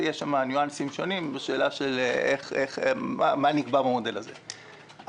ויש שם ניואנסים שונים בשאלה מה נקבע במודל הזה.